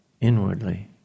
inwardly